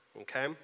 okay